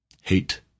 hate